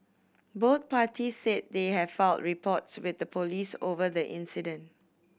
both parties said they have filed reports with the police over the incident